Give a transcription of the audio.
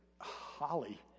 Holly